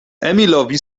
emilowi